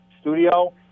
studio